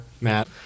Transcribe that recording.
Matt